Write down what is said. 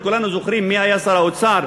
וכולנו זוכרים מי היה שר האוצר